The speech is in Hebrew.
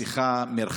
המסכה, המרחק,